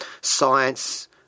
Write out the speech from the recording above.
science